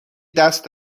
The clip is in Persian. دست